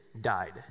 died